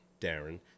Darren